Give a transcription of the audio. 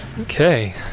Okay